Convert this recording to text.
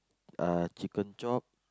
uh chicken chop